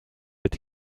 but